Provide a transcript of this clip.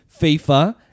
FIFA